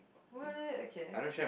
what okay